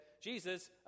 Jesus